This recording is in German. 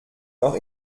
noch